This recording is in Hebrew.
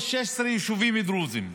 יש 16 יישובים דרוזיים.